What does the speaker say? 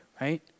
right